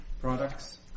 Products